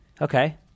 Okay